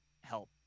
help